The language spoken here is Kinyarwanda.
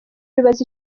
bibaza